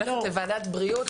כולנו בעשייה לגבי מירון,